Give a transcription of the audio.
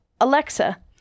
Alexa